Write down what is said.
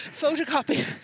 photocopy